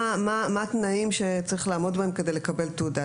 מהם התנאים שצריך לעמוד בהם כדי לקבל תעודה?